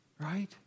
Right